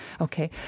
Okay